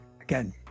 Again